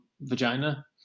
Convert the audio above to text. vagina